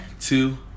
two